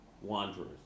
wanderers